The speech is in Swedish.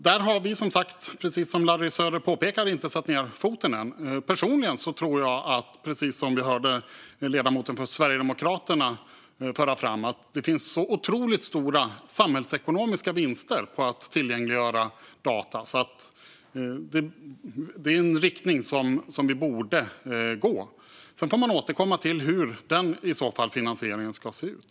Där har vi, precis som Larry Söder påpekar, inte satt ned foten än. Personligen tror jag att det, precis som vi hörde ledamoten från Sverigedemokraterna föra fram, finns så otroligt stora samhällsekonomiska vinster med att tillgängliggöra data att det är en riktning som vi borde gå i. Sedan får man återkomma till hur finansieringen i så fall ska se ut.